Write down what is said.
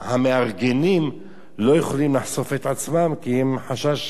המארגנים לא יכולים לחשוף את עצמם כי הם, חשש,